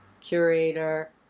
curator